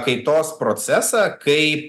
kaitos procesą kaip